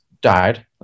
died